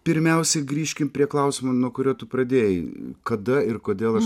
pirmiausiai grįžkim prie klausimo nuo kurio tu pradėjai kada ir kodėl aš